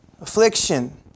affliction